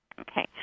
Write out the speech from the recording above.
Okay